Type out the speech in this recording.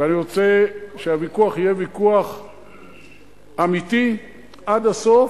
ואני רוצה שהוויכוח יהיה ויכוח אמיתי עד הסוף,